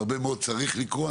ושהרבה מאוד צריך לקרות.